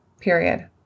period